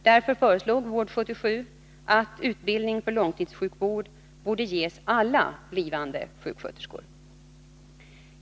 Därför föreslog Vård 77 att utbildning för långtidssjukvård borde ges alla blivande sjuksköterskor.